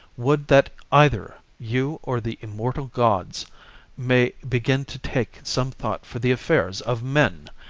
would that either you or the immortal gods may begin to take some thought for the affairs of men!